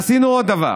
עשינו עוד דבר: